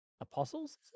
apostles